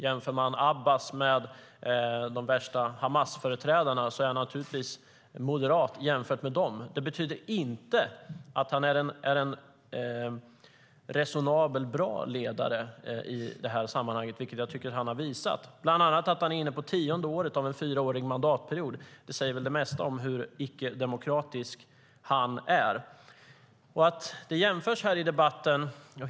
Jämför man Abbas med de värsta Hamasföreträdarna är han naturligtvis moderat jämfört med dem. Men det betyder inte att han är en resonabel och bra ledare, vilket jag tycker att han har visat, bland annat genom att han är inne på tionde året av en fyraårig mandatperiod - det säger väl det mesta om hur icke-demokratisk han är. Det görs jämförelser i debatten.